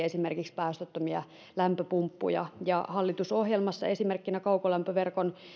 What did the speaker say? esimerkiksi kohti päästöttömiä lämpöpumppuja hallitusohjelmassa kaukolämpöverkon